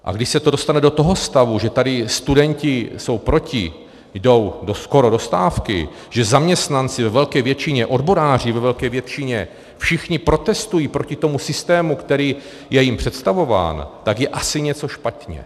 A když se to dostane do toho stavu, že tady studenti jsou proti, jdou skoro do stávky, že zaměstnanci, ve velké většině odboráři, ve velké většině všichni protestují proti tomu systému, který je jim představován, tak je asi něco špatně.